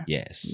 Yes